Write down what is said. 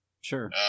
Sure